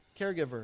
Caregiver